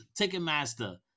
Ticketmaster